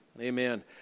Amen